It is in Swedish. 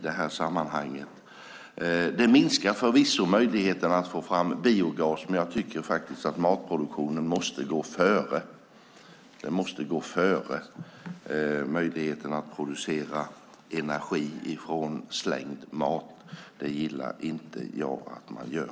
Det minskar förvisso möjligheten att få fram biogas, men jag tycker faktiskt att matproduktionen måste gå före möjligheten att producera energi från slängd mat. Det gillar inte jag att man gör.